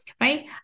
right